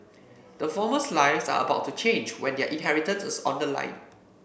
the former's lives are about to change when their inheritance is on the line